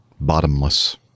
bottomless